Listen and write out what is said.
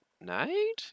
night